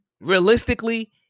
realistically